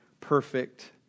perfect